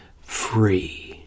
free